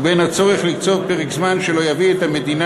ובין הצורך ליצור פרק זמן שלא יביא את המדינה